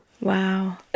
Wow